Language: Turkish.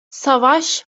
savaş